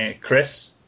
Chris